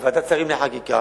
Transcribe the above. בוועדת שרים לחקיקה,